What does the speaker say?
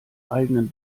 eigenen